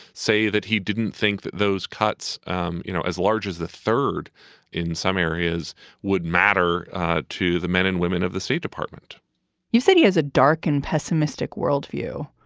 say that he didn't think that those cuts um you know as large as the third in some areas would matter to the men and women of the state department you said he has a dark and pessimistic world view.